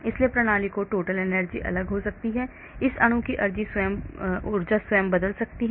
इसलिए प्रणाली की total energy अलग हो सकती है इस अणु की ऊर्जा स्वयं बदल सकती है